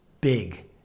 big